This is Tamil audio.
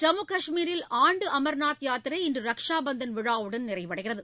ஜம்மு காஷ்மீரில் ஆண்டு அமர்நாத் யாத்திரை இன்று ரக்ஷா பந்தன் விழாவுடன் நிறைவடைகிறது